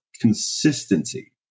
consistency